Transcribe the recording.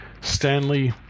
Stanley